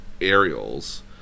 Aerials